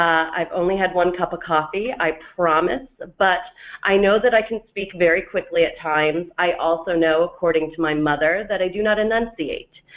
i've only had one cup of coffee i promise, but i know that i can speak very quickly at times, i also know according to my mother that i do not enunciate,